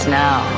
now